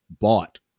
bought